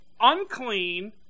unclean